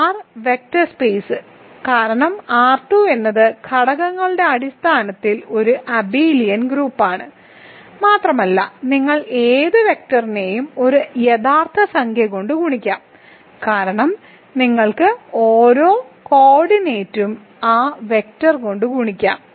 R vector space കാരണം R 2 എന്നത് ഘടകങ്ങളുടെ അടിസ്ഥാനത്തിൽ ഒരു അബിലിയൻ ഗ്രൂപ്പാണ് മാത്രമല്ല നിങ്ങൾക്ക് ഏത് വെക്ടറിനെയും ഒരു യഥാർത്ഥ സംഖ്യ കൊണ്ട് ഗുണിക്കാം കാരണം നിങ്ങൾക്ക് ഓരോ കോർഡിനേറ്റും ആ വെക്റ്റർ കൊണ്ട് ഗുണിക്കാം